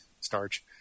starch